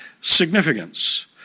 significance